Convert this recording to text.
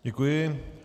Děkuji.